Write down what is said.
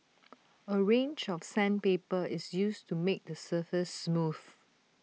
A range of sandpaper is used to make the surface smooth